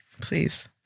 Please